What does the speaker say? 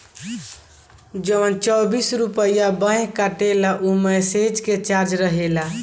जवन चौबीस रुपइया बैंक काटेला ऊ मैसेज के चार्ज रहेला